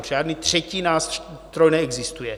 Žádný třetí nástroj neexistuje.